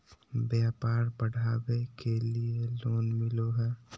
व्यापार बढ़ावे के लिए लोन मिलो है?